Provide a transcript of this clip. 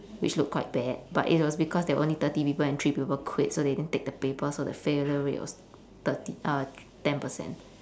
which looked quite bad but it was because there were only thirty people and three people quit so they didn't take the paper so the failure rate was thirty uh ten percent